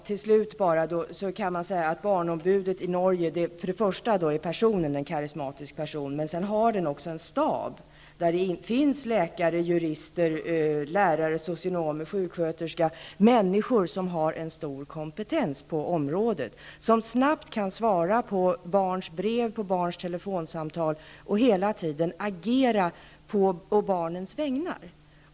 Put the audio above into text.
Fru talman! Barnombudet i Norge är som person karismatisk, men ombudet har också en stab av läkare, jurister, lärare, socionomer och sjuksköterska, dvs. människor som har en stor kompetens på området och som snabbt kan svara på barns brev och barns telefonsamtal och hela tiden agera på barnens vägnar.